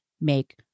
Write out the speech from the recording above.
make